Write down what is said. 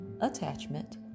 attachment